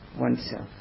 oneself